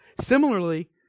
similarly